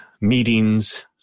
meetings